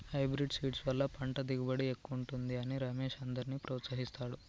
hybrid seeds వల్ల పంట దిగుబడి ఎక్కువుంటది అని రమేష్ అందర్నీ ప్రోత్సహిస్తాడు